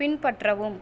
பின்பற்றவும்